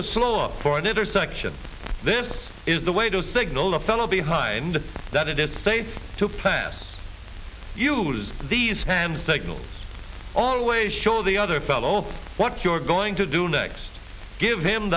up for an intersection this is the way to signal a fellow behind that it is safe to pass use these hand signals always show the other fellow what you're going to do next give him